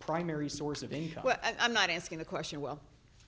primary source of income i'm not asking the question well